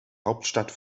hauptstadt